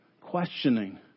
questioning